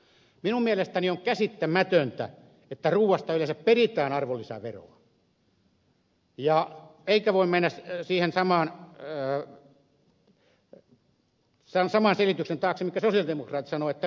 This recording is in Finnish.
minun mielestäni on käsittämätöntä että ruuasta yleensä peritään arvonlisäveroa eikä voi mennä sen saman selityksen taakse minkä sosialidemokraatit sanovat että kauppa vie sen